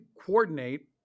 coordinate